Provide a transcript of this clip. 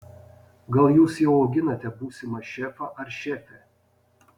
gal jūs jau auginate būsimą šefą ar šefę